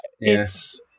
yes